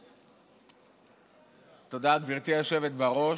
תודה, גברתי היושבת-ראש.